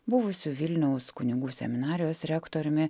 buvusiu vilniaus kunigų seminarijos rektoriumi